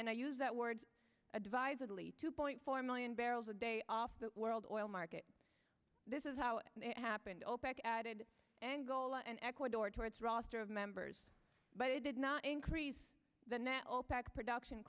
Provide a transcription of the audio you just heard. and i use that word advisedly two point four million barrels a day off the world oil market this is how it happened opec added angola and ecuador to its roster of members but it did not increase the net opec production